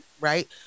right